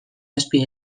zazpi